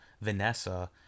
Vanessa